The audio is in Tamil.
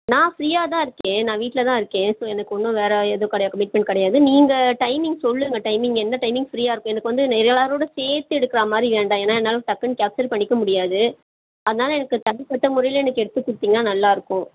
நான் ஃப்ரீயாகதான் இருக்கேன் நான் வீட்டில்தான் இருக்கேன் ஸோ எனக்கு ஒன்று வேறு எதுவும் கிடையாது கமிட்மெண்ட் கிடையாது நீங்கள் டைமிங் சொல்லுங்கள் டைமிங் எந்த டைமிங் ஃப்ரீயாக இருக்கும் எனக்கு வந்து எல்லாரோடு சேர்த்து எடுக்கிறா மாதிரி வேண்டாம் ஏன்னா என்னால் டக்குன்னு கேப்ச்சர் பண்ணிக்க முடியாது அதனால் எனக்கு தனிப்பட்ட முறையில் எனக்கு எடுத்து கொடுத்தீங்கன்னா நல்லா இருக்கும்